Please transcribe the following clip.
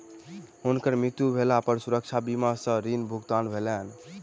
हुनकर मृत्यु भेला पर सुरक्षा बीमा सॅ ऋण भुगतान भेलैन